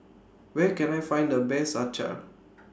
Where Can I Find The Best Acar